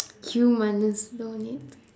humans don't need